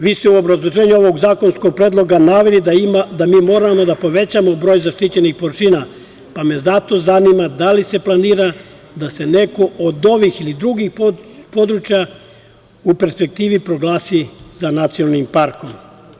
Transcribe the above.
Vi ste u obrazloženju ovog zakonskog predloga naveli da mi moramo da povećamo broj zaštićenih površina, pa me zato zanima da li se planira da se neko od ovih ili drugih područja u perspektivi proglasi za nacionalni park?